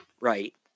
right